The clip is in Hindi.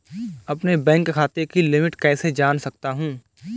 अपने बैंक खाते की लिमिट कैसे जान सकता हूं?